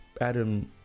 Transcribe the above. Adam